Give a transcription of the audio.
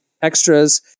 extras